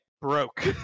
broke